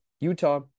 Utah